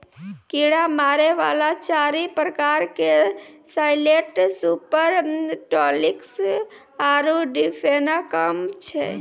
कीड़ा मारै वाला चारि प्रकार के साइलेंट सुपर टॉक्सिक आरु डिफेनाकौम छै